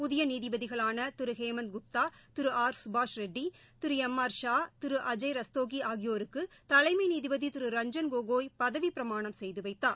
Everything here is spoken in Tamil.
புதிய நீதிபதிகளான திரு ஹேமந்த் குப்தா திரு ஆர் சுபாஷ் ரெட்டி திரு எம் ஆர் ஷா திரு அஜய் ரஸ்தோகி ஆகியோருக்கு தலைமை நீதிபதி திரு ரஞ்சன் கோகாய் பதவிப் பிரமாணம் செய்து வைத்தார்